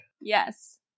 Yes